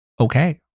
okay